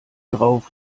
drauf